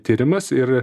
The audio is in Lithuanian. tyrimas ir